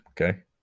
Okay